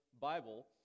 Bible